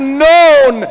known